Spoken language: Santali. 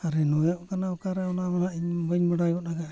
ᱠᱟᱱᱟ ᱚᱠᱟᱨᱮ ᱚᱱᱟ ᱢᱟ ᱱᱟᱦᱟᱜ ᱤᱧ ᱵᱟᱹᱧ ᱵᱟᱰᱟᱭ ᱜᱚᱫ ᱟᱠᱟᱫᱼᱟ